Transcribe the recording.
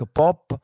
pop